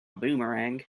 boomerang